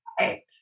Right